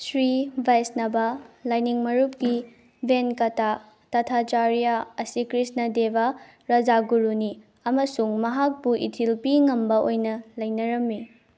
ꯁ꯭ꯔꯤ ꯕꯩꯁꯅꯕꯥ ꯂꯥꯏꯅꯤꯡ ꯃꯔꯨꯞꯀꯤ ꯕꯦꯟꯀꯇꯥ ꯇꯊꯥꯆꯥꯔꯤꯌꯥ ꯑꯁꯤ ꯀ꯭ꯔꯤꯁꯅ ꯗꯦꯕ ꯔꯖꯥꯒꯨꯔꯨꯅꯤ ꯑꯃꯁꯨꯡ ꯃꯍꯥꯛꯄꯨ ꯏꯊꯤꯜ ꯄꯤꯉꯝꯕ ꯑꯣꯏꯅ ꯂꯩꯅꯔꯝꯃꯤ